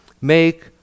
make